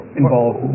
involved